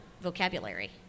vocabulary